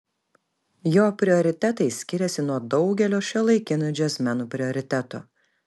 jo prioritetai skiriasi nuo daugelio šiuolaikinių džiazmenų prioritetų